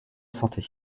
santé